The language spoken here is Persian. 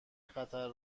خطر